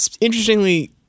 Interestingly